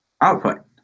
output